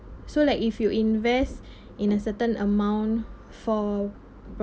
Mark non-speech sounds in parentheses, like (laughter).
so like if you invest (breath) in a certain amount for